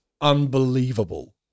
unbelievable